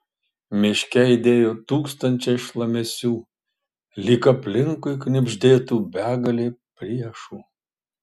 miške aidėjo tūkstančiai šlamesių lyg aplinkui knibždėtų begalė priešų